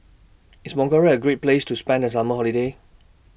IS A Great Place to spend The Summer Holiday